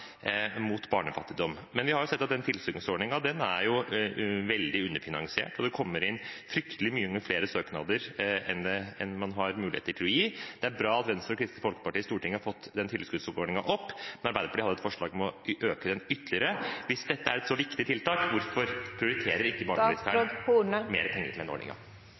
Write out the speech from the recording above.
mot barnefattigdom. Men vi har sett at den tilskuddsordningen er veldig underfinansiert, og det kommer inn fryktelig mange flere søknader enn man har muligheter til å innvilge. Det er bra at Venstre og Kristelig Folkeparti i Stortinget har fått den tilskuddsordningen opp. Arbeiderpartiet hadde et forslag om å øke den ytterligere. Hvis dette er et så viktig tiltak, hvorfor prioriterer ikke